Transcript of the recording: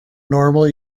normal